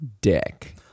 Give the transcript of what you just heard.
dick